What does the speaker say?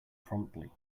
promptly